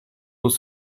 was